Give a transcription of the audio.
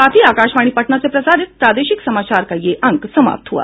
इसके साथ ही आकाशवाणी पटना से प्रसारित प्रादेशिक समाचार का ये अंक समाप्त हुआ